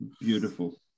beautiful